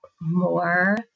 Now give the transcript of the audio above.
more